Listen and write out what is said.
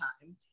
time